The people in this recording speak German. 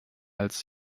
als